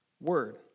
word